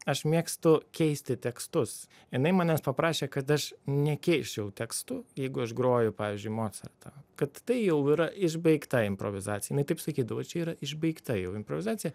aš mėgstu keisti tekstus jinai manęs paprašė kad aš nekeisčiau tekstų jeigu aš groju pavyzdžiui mocartą kad tai jau yra išbaigta improvizacija jinai taip sakydavo čia yra išbaigta jau improvizacija